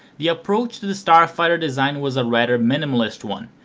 the approach to the starfighter's design was a rather minimalist one,